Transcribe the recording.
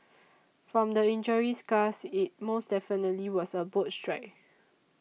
from the injury scars it most definitely was a boat strike